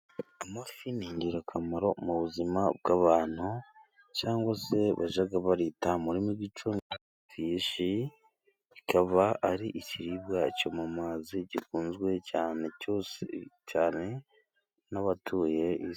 Amafi ni ingirakamaro mu buzima bw'abantu cyangwa se bajya barita mu rurimi rw'icyongereza fishi, kikaba ari ikiribwa cyo mu mazi gikunzwe cyane cyose cyane n'abatuye isi.